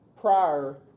prior